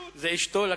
אז תשאיר לי את זה ככה.